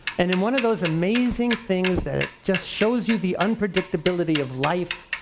and in one of those amazing things that just shows you the unpredictability of life,